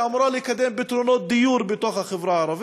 שאמורה לקדם פתרונות דיור בחברה הערבית,